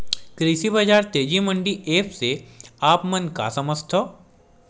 कृषि बजार तेजी मंडी एप्प से आप मन का समझथव?